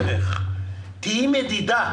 חה"כ משה ארבל,